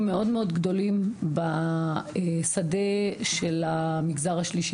מאוד מאוד גדולים בשדה של המגזר השלישי,